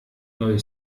neue